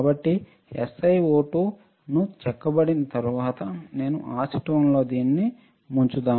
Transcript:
కాబట్టి SiO2 ను చెక్కబడిన తరువాత నేను అసిటోన్ లో దీనిని ముంచుతాను